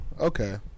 okay